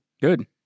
Good